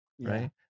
Right